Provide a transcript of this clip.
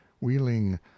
Wheeling